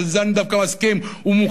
ועם זה אני דווקא מסכים,